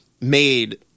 made